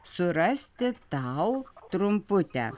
surasti tau trumputę